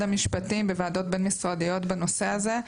המשפטים בוועדות בין-משרדיות בנושא הזה,